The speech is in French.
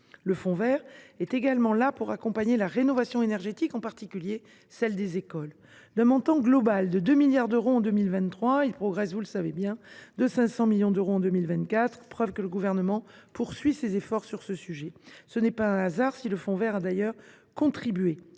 Le fonds vert est également là pour accompagner la rénovation énergétique, en particulier celle des écoles. D’un montant global de 2 milliards d’euros en 2023, il progresse de 500 millions d’euros en 2024, preuve que le Gouvernement poursuit ses efforts en la matière. Ce n’est pas un hasard si le fonds vert a d’ailleurs contribué